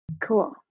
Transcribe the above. cool